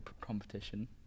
competition